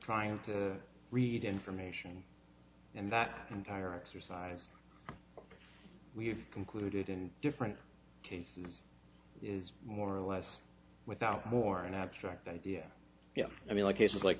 trying to read information and that entire exercise we've concluded in different cases is more or less without more an abstract idea yeah i mean like cases like